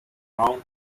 town